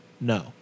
no